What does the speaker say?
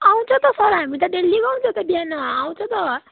आउँछ त सर हामी त डेल्ली गाउँछ त बिहान आउँछ त